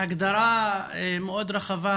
הגדרה מאוד רחבה,